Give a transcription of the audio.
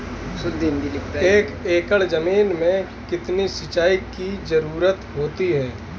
एक एकड़ ज़मीन में कितनी सिंचाई की ज़रुरत होती है?